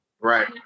Right